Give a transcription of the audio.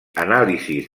anàlisis